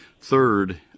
Third